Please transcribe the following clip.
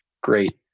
Great